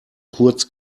kurz